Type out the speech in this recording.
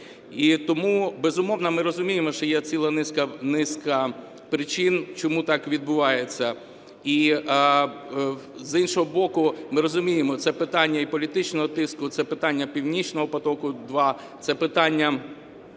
І тому, безумовно, ми розуміємо, що є ціла низка причин, чому так відбувається. З іншого боку, ми розуміємо, це питання і політичного тиску, це питання "Північного потоку – 2", це питання